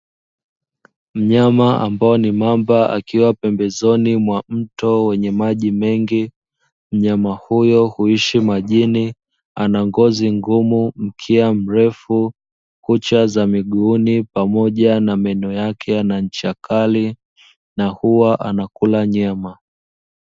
Mnyama ambaye ni mamba akiwa pemebezoni mwa mto wenye maji mengi. Mnyama huyo huishi majini ana ngozi ngumu, mkia mrefu, kucha za miguuni pamoja na meno yake yana ncha kali, na huwa anakula nyama.